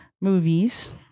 movies